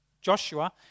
Joshua